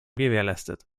gewährleistet